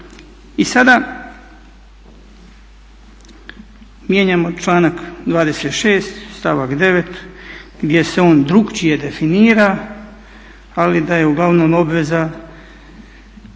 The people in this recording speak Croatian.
I sada mijenjamo članak 26.stavak 9.gdje se on drukčije definira ali da je uglavnom obveza